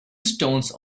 stones